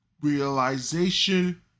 realization